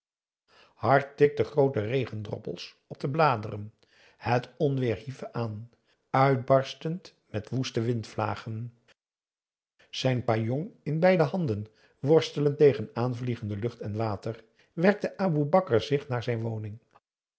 tikten groote regendroppels op de bladeren het onweer hief aan uitbarstend met woeste windvlagen zijn pajong in beide handen worstelend tegen aanvliegen de lucht en water werkte aboe bakar zich naar zijn woning